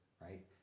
right